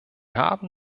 haben